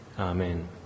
Amen